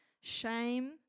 shame